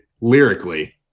lyrically